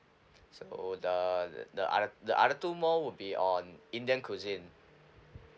so the the other the other two more would be on indian cuisine